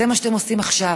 זה מה שאתם עושים עכשיו,